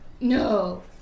No